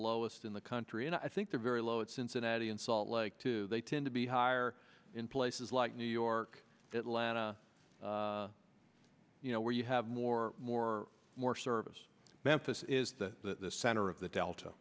lowest in the country and i think they're very low at cincinnati and salt lake too they tend to be higher in places like new york atlanta you know where you have more more more service memphis is the center of the delta